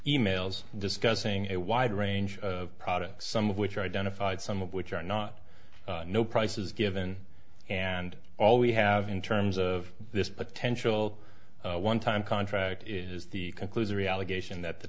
e mails discussing a wide range of products some of which are identified some of which are not no price is given and all we have in terms of this potential one time contract is the conclusory allegation that the